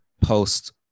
post